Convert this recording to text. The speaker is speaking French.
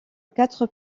quatre